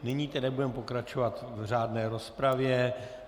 Nyní budeme pokračovat v řádné rozpravě.